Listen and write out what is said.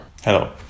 Hello